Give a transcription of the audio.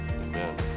Amen